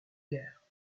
guerre